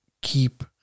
keep